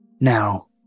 Now